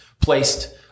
placed